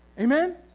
Amen